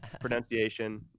pronunciation